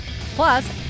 Plus